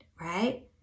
right